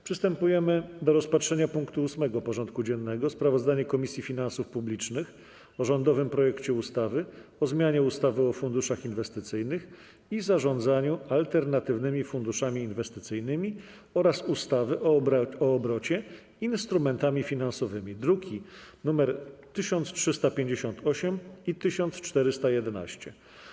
Przystępujemy do rozpatrzenia punktu 8. porządku dziennego: Sprawozdanie Komisji Finansów Publicznych o rządowym projekcie ustawy o zmianie ustawy o funduszach inwestycyjnych i zarządzaniu alternatywnymi funduszami inwestycyjnymi oraz ustawy o obrocie instrumentami finansowymi (druki nr 1358 i 1411)